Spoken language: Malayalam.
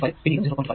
5 പിന്നെ ഇതും 0